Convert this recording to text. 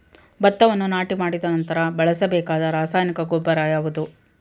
ಭತ್ತವನ್ನು ನಾಟಿ ಮಾಡಿದ ನಂತರ ಬಳಸಬೇಕಾದ ರಾಸಾಯನಿಕ ಗೊಬ್ಬರ ಯಾವುದು?